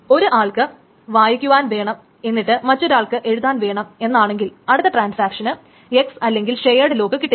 ഒരു ആൾക്ക് വായിക്കുവാൻ വേണം എന്നിട്ട് മറ്റൊരാൾക്ക് എഴുതുവാൻ വേണം എന്നാണെങ്കിൽ അടുത്ത ട്രാൻസാക്ഷന് X അല്ലെങ്കിൽ ഷെയേട് ലോക്ക് കിട്ടില്ല